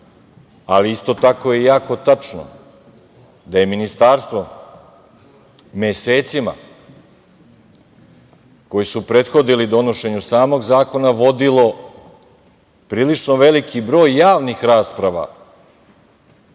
a isto tako je jako tačno da je ministarstvo, mesecima koji su prethodili donošenju samog zakona, vodilo prilično veliki broj javnih rasprava